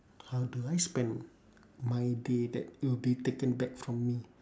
how do I spend my day that it will be taken back from me